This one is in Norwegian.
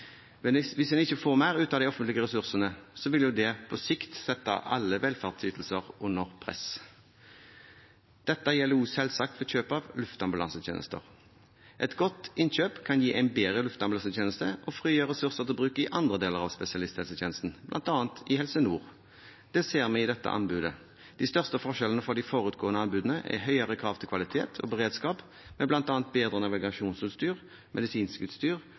Men hvis en ikke får mer ut av de offentlige ressursene, ville det på sikt sette alle velferdsytelser under press. Dette gjelder selvsagt også for kjøp av luftambulansetjenester. Et godt innkjøp kan gi en bedre luftambulansetjeneste og frigjøre ressurser til bruk i andre deler av spesialisthelsetjenesten, bl.a. i Helse Nord. Det ser vi i dette anbudet. De største forskjellene fra de forutgående anbudene er høyere krav til kvalitet og beredskap, med bl.a. bedre navigasjonsutstyr, medisinsk utstyr